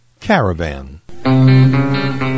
caravan